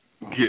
get